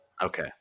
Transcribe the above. Okay